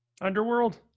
underworld